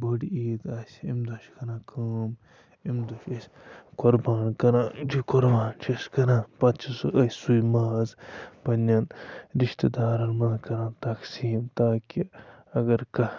بٔڑ عیٖد آسہِ اَمہِ دۄہ چھِ کَران کٲم اَمہِ دۄہ چھِ أسۍ قۄربان کَران قۄران چھِ أسۍ کَران پَتہٕ چھِ سُہ أسۍ سُے ماز پنٛنٮ۪ن رِشتہٕ دارَن مَہ کَران تقسیٖم تاکہِ اَگر کانٛہہ